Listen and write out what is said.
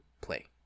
Play